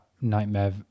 nightmare